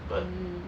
mm